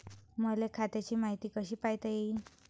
मले खात्याची मायती कशी पायता येईन?